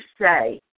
say